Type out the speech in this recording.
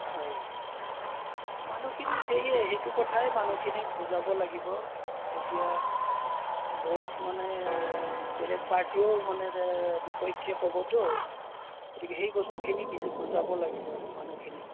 হয় মানুহখিনিক সেইয়ে সেইটো কথাই মানুহখিনিক বুজাব লাগিব এতিয়া বহুত মানে বেলেগ পাৰ্টীও মানে যে বিপক্ষেও ক'বতো গতিকে হেই বস্তুখিনি বুজাব লাগিব মানুহখিনিক